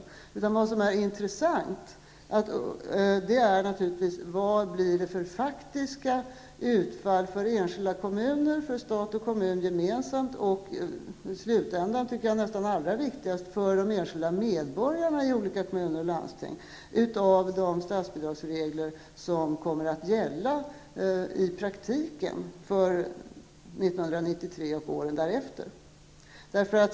Det som är intressant är naturligtvis vilka viktiga utfall det blir för enskilda kommuner, för stat och kommun gemensamt och i slutänden -- och det tycker jag nästan är allra viktigast -- för de enskilda medborgarna i olika kommuner och landsting av de statsbidragsregler som kommer att gälla i praktiken för 1993 och åren därefter.